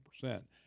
percent